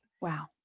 Wow